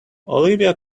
olivia